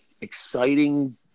exciting